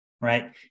right